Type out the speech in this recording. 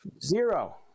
Zero